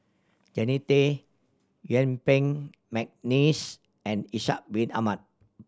Jannie Tay Yuen Peng McNeice and Ishak Bin Ahmad